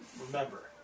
Remember